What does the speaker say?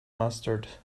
mustard